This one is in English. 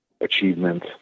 achievement